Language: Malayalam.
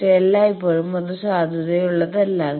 പക്ഷേ എല്ലായ്പ്പോഴും അത് സാധുതയുള്ളതല്ല